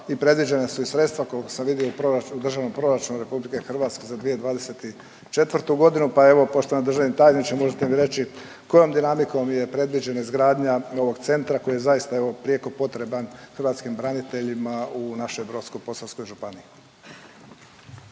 i predviđena su i sredstva, koliko sam vidio i proračun, u Državnom proračunu RH za 2024. g., pa evo, poštovani državni tajniče, možete mi reći kojom dinamikom je predviđena izgradnja ovog centra koji je zaista evo, prijeko potreban hrvatskim braniteljima u našoj Brodsko-posavskoj županiji.